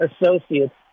associates